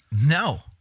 No